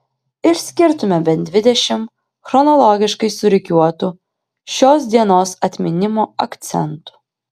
išskirtume bent dvidešimt chronologiškai surikiuotų šios dienos atminimo akcentų